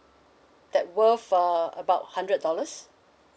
that worth uh about hundred dollars